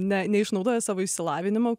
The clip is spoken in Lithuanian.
ne neišnaudoja savo išsilavinimo